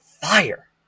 fire